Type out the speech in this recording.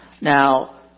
Now